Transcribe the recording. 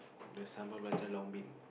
the sambal belacan long bean